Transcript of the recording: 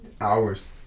hours